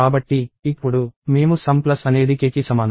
కాబట్టి ఇప్పుడు మేము సమ్ ప్లస్ అనేది k కి సమానం